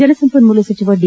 ಜಲಸಂಪನ್ಮೂಲ ಸಚಿವ ಡಿ